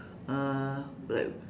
uh like